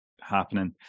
happening